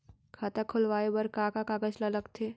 खाता खोलवाये बर का का कागज ल लगथे?